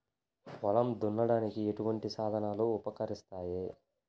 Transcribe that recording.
పొలం దున్నడానికి ఎటువంటి సాధనాలు ఉపకరిస్తాయి?